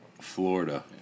Florida